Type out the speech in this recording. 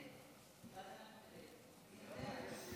גברתי היושבת-ראש,